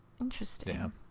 Interesting